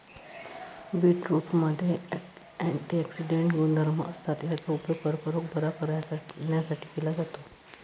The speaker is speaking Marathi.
बीटरूटमध्ये अँटिऑक्सिडेंट गुणधर्म असतात, याचा उपयोग कर्करोग बरा करण्यासाठी केला जातो